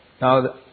Now